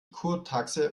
kurtaxe